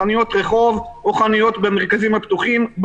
חנויות רחוב או חנויות במרכזים הפתוחים,